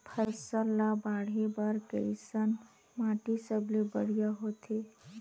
फसल ला बाढ़े बर कैसन माटी सबले बढ़िया होथे?